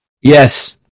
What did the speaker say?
Yes